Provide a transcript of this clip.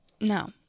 No